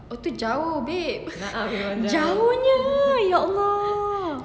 oh itu jauh babe jauhnya ya allah